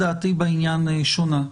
דעתי בעניין שונה.